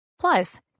Plus